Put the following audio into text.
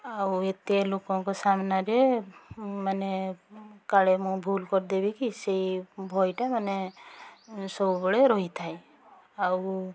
ଆଉ ଏତେ ଲୋକଙ୍କ ସାମ୍ନାରେ ମାନେ କଲେ ମୁଁ ଭୁଲ୍ କରିଦେବି କି ସେଇ ଭୟଟା ମାନେ ସବୁବେଳେ ରହିଥାଏ ଆଉ